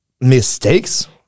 mistakes